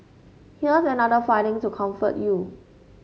here's another finding to comfort you